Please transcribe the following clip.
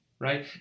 right